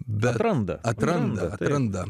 beranda atranda atranda